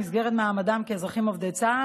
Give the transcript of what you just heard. במסגרת מעמדם כאזרחים עובדי צה"ל,